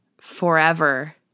forever